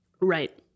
Right